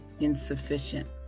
insufficient